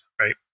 right